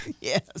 yes